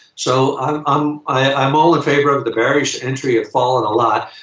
so i'm um i'm all in favor of the various entry of falling a lot,